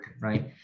right